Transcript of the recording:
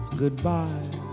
goodbye